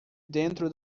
dentro